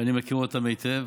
ואני מכיר אותם היטב,